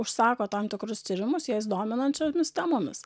užsako tam tikrus tyrimus jais dominančiomis temomis